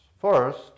First